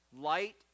Light